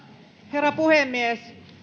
herra puhemies